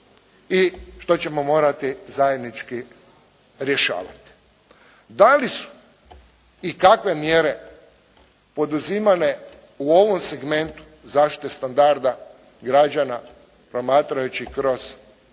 i što ćemo morati zajednički rješavati. Da li su i kakve mjere poduzimane u ovom segmentu zaštite standarda građana promatrajući kroz